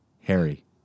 Harry